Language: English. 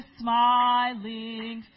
smiling